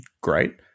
Great